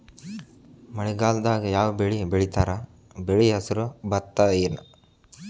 ಮಳೆಗಾಲದಾಗ್ ಯಾವ್ ಬೆಳಿ ಬೆಳಿತಾರ, ಬೆಳಿ ಹೆಸರು ಭತ್ತ ಏನ್?